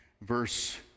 Verse